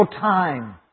time